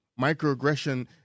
Microaggression